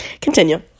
continue